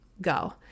go